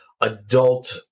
adult